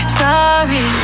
sorry